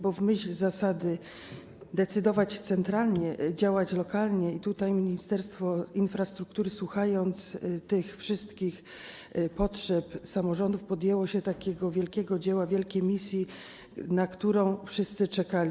Bo w myśl zasady: decydować centralnie, działać lokalnie, Ministerstwo Infrastruktury, słuchając wszystkich potrzeb samorządów, podjęło się takiego wielkiego dzieła, wielkiej misji, na którą wszyscy czekali.